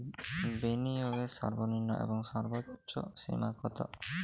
বিনিয়োগের সর্বনিম্ন এবং সর্বোচ্চ সীমা কত?